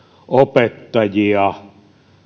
opettajia